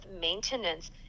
maintenance